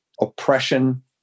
Oppression